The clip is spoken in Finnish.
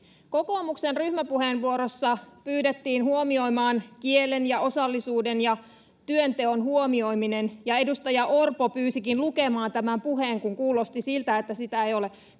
Kokoomuksen ryhmäpuheenvuorossa pyydettiin huomioimaan kielen ja osallisuuden ja työnteon huomioiminen. Edustaja Orpo pyysikin lukemaan tämän puheen, kun kuulosti siltä, että sitä ei ole